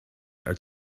are